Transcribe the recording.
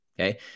Okay